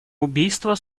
убийство